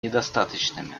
недостаточными